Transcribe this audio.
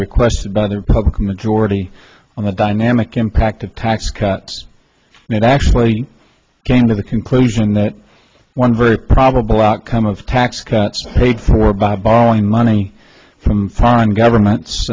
requested by the republican majority on the dynamic impact of tax cuts and it actually came to the conclusion that one very probable outcome of tax cuts paid for by borrowing money from foreign governments